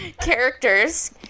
Characters